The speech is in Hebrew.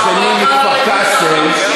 שכני מכפר-קאסם,